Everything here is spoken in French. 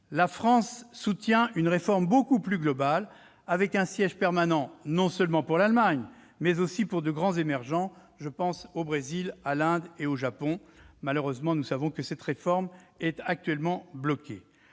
la France soutient une réforme beaucoup plus globale, celle d'un siège permanent non seulement pour l'Allemagne, mais aussi pour de grands pays émergents- je pense au Brésil, à l'Inde et au Japon. Malheureusement, cette réforme est aujourd'hui bloquée.